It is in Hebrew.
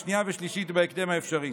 שנייה ושלישית בהקדם האפשרי.